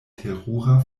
terura